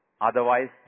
otherwise